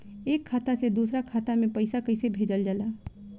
एक खाता से दूसरा खाता में पैसा कइसे भेजल जाला?